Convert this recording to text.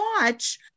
watch